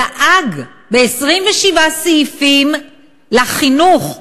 דאג ב-27 סעיפים לחינוך,